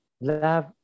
Love